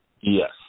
yes